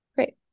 Great